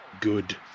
good